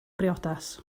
briodas